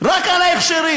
רק על ההכשרים.